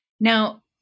Now